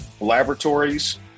laboratories